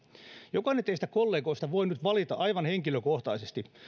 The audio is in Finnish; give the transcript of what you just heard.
jokainen teistä kollegoista voi nyt valita aivan henkilökohtaisesti